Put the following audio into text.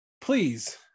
please